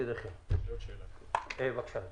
בבקשה.